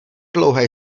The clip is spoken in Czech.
dlouhé